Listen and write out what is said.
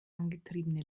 angetriebene